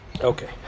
Okay